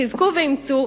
חזקו ואמצו,